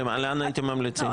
לאן הייתם ממליצים?